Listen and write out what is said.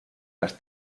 las